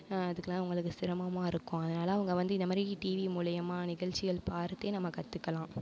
அதுக்கெல்லாம் அவங்களுக்கு சிரமமாகருக்கும் அதனால் அவங்க வந்து இந்தமாதிரி டிவி மூலியமாக நிகழ்ச்சிகள் பார்த்தே நம்ம கற்றுக்கலாம்